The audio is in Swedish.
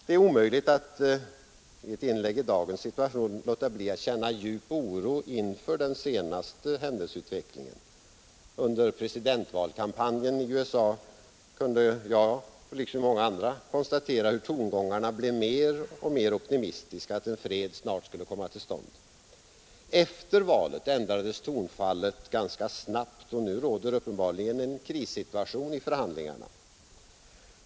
Det är omöjligt att i dagens situation underlåta att känna djup oro inför den senaste händelseutvecklingen. Under presidentvalkampanjen i USA kunde jag själv och många andra konstatera hur tongångarna blev mer och mer optimistiska och att en fred antogs snart skola komma till stånd. Men efter valet ändrades tonfallet ganska snabbt, och nu råder det uppenbarligen en krissituation i förhandlingarna.